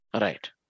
Right